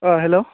ओ हेलौ